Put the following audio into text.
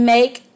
Make